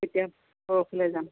তেতিয়া পৰহিলৈ যাম